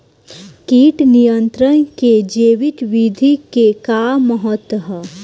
कीट नियंत्रण क जैविक विधि क का महत्व ह?